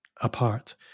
apart